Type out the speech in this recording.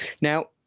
Now